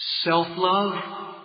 self-love